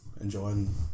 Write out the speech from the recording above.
enjoying